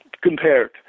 compared